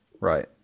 Right